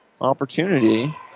opportunity